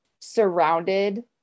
surrounded